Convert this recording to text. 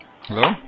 Hello